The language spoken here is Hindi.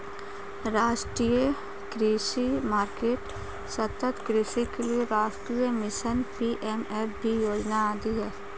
राष्ट्रीय कृषि मार्केट, सतत् कृषि के लिए राष्ट्रीय मिशन, पी.एम.एफ.बी योजना आदि है